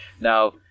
Now